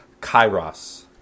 kairos